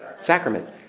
sacrament